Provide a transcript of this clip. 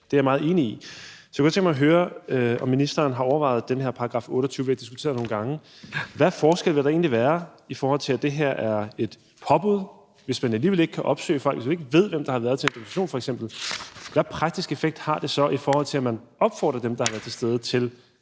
Det er jeg meget enig i. Så jeg kunne godt tænke mig at høre, om ministeren har overvejet den her § 28, som vi har diskuteret nogle gange. Hvad for en forskel vil der egentlig være, i forhold til at det her er et påbud, hvis man alligevel ikke kan opsøge folk, hvis man ikke ved, hvem der f.eks. har været til en demonstration? Hvad for en praktisk effekt har det så, i forhold til at man opfordrer dem, der har været til stede, til